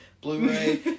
Blu-ray